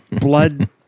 Blood